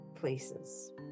places